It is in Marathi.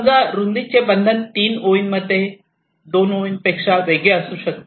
समजा रुंदी चे बंधन तीन ओळी मध्ये दोन ओळीं पेक्षा वेगळे असू शकते